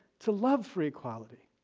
to love for equality.